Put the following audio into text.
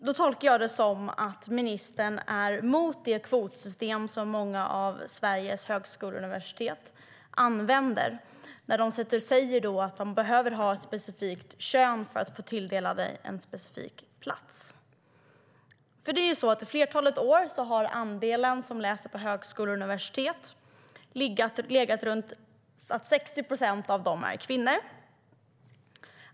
STYLEREF Kantrubrik \* MERGEFORMAT Svar på interpellationerI flera år har andelen kvinnor som läser på högskolor och universitet legat på 60 procent.